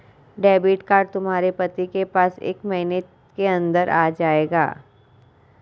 debit card तुम्हारे पति के पास एक महीने के अंदर आ जाएगा